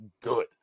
good